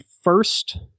first